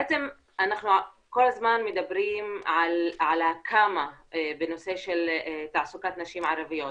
בעצם אנחנו כל הזמן מדברים על הכמה בנושא של תעסוקת נשים ערביות,